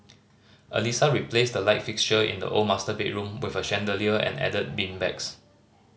Alissa replaced the light fixture in the old master bedroom with a chandelier and added beanbags